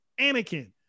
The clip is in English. Anakin